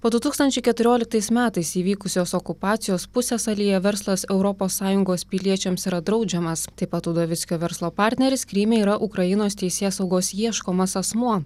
po du tūkstančiai keturioliktais metais įvykusios okupacijos pusiasalyje verslas europos sąjungos piliečiams yra draudžiamas taip pat udovickio verslo partneris kryme yra ukrainos teisėsaugos ieškomas asmuo